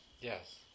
Yes